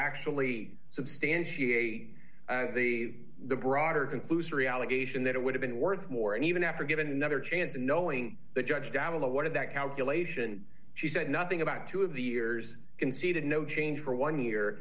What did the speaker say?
actually substantiate the broader conclusory allegation that it would have been worth more and even after given another chance and knowing the judge down a lot of that calculation she said nothing about two of the years conceded no change for one year